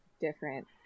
different